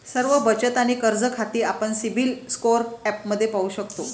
सर्व बचत आणि कर्ज खाती आपण सिबिल स्कोअर ॲपमध्ये पाहू शकतो